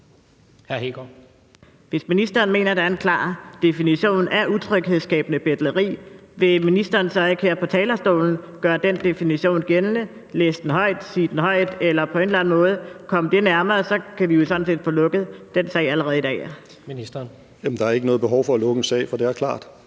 Hegaard (RV): Hvis ministeren mener, at der er en klar definition af utryghedsskabende betleri, vil ministeren så ikke her fra talerstolen gøre den definition gældende, læse den højt, sige den højt eller på en eller en måde komme det nærmere? Så kan vi jo sådan set få lukket den sag allerede i dag. Kl. 16:25 Tredje næstformand (Jens Rohde):